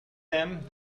them